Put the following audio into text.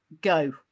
Go